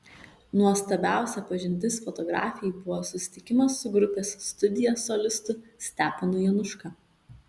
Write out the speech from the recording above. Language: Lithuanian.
nuostabiausia pažintis fotografei buvo susitikimas su grupės studija solistu steponu januška